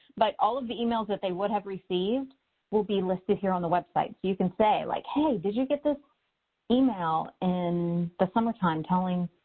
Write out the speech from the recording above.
but all of the emails that they would have received will be listed here on the website. so you can say like, hey, did you get this email in the summertime telling,